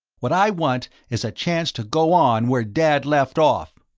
what i want is a chance to go on where dad left off!